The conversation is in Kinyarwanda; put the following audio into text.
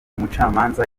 umucamanza